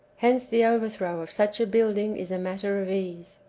hence the overthrow of such a buildino is a matter of ease.